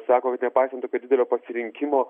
sako kad nepaisant tokio didelio pasirinkimo